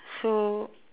so